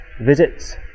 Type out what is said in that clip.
visits